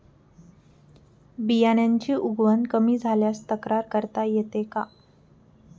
बियाण्यांची उगवण कमी झाल्यास तक्रार करता येते का?